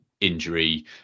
injury